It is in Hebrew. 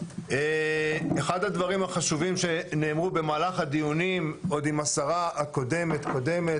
אחד הדברים החשובים שנאמרו במהלך הדיונים עוד עם השרה הקודמת קודמת,